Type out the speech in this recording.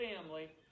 family